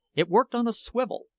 it worked on a swivel,